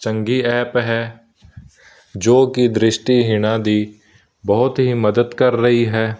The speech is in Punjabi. ਚੰਗੀ ਐਪ ਹੈ ਜੋ ਕਿ ਦ੍ਰਿਸ਼ਟੀਹੀਣਾਂ ਦੀ ਬਹੁਤ ਹੀ ਮਦਦ ਕਰ ਰਹੀ ਹੈ